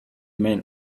men